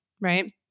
Right